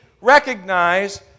recognize